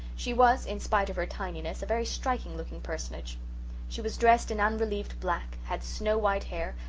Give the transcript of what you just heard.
she was, in spite of her tinyness, a very striking-looking personage she was dressed in unrelieved black, had snow-white hair,